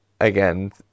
again